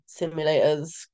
simulators